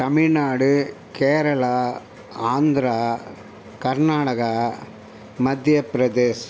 Tamil Nadu Kerala Andhra Karnataka Madhya Pradesh